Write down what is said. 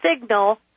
signal